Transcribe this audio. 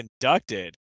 conducted